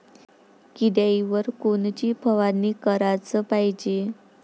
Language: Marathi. किड्याइवर कोनची फवारनी कराच पायजे?